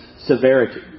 severity